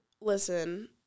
Listen